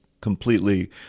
completely